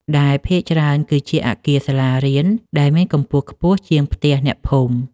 ដែលភាគច្រើនគឺជាអគារសាលារៀនដែលមានកម្ពស់ខ្ពស់ជាងផ្ទះអ្នកភូមិ។